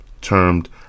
termed